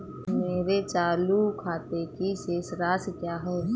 मेरे चालू खाते की शेष राशि क्या है?